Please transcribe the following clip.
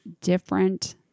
different